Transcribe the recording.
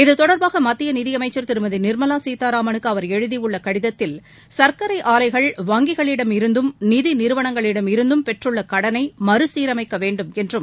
இத்தொடர்பாக மத்திய நிதியமைச்சர் திருமதி நிர்மலா சீதாராமனுக்கு அவர் எழுதியுள்ள கடிதத்தில் சர்க்கரை ஆலைகள் வங்கிகளிடமிருந்தும் நிதி நிறுவனங்களிடமிருந்தும் பெற்றுள்ள கடனை மறுசீரமைக்க வேண்டும் என்றும்